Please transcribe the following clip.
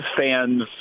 fans